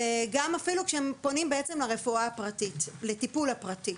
וגם אפילו כשפונים בעצם לרפואה הפרטית לטיפול פרטי.